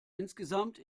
insgesamt